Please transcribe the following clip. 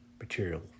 material